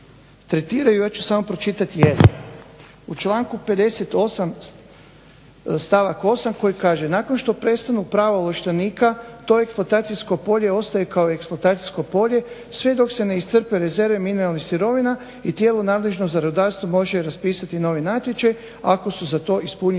„U članku 58. Stavak 8. koji kaže: „Nakon što prestanu prava ovlaštenika to eksploatacijsko polje ostaje kao eksploatacijsko polje sve dok se ne iscrpe rezerve mineralnih sirovina i tijelo nadležno za rudarstvo može raspisati novi natječaj ako su za to ispunjeni